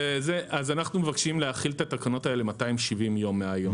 אז אנחנו מבקשים להחיל את התקנות האלה 270 יום מהיום.